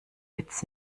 witz